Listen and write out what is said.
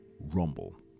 Rumble